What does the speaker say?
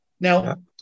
Now